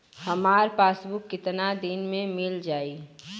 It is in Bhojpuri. हमार पासबुक कितना दिन में मील जाई?